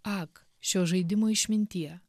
ak šio žaidimo išmintie